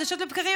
חדשות לבקרים,